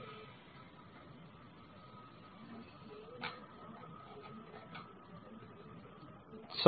ఇప్పుడు మనం ముందుకు వెళ్లి సౌకర్యం నిర్వహణలో విభిన్న అంశాలను అర్థం చేసుకోవడానికి ప్రయత్నిద్దాం